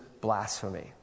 blasphemy